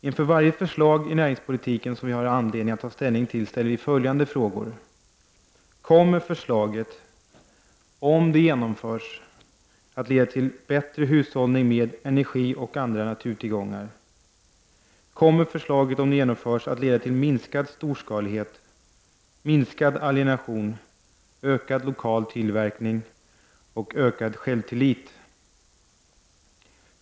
Inför varje förslag i näringspolitiken som vi har anledning att ta ställning till, ställer vi följande frågor: Kommer förslaget, om det genomförs, att leda till bättre hushållnir 3 med energi och andra naturtillgångar? Kommer förslaget, om det genomförs, att leda till minskad storskalighet, minskad alienation, ökad lokal tillverkning och ökad självtillit?